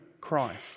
Christ